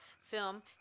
film